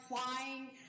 flying